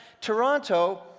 Toronto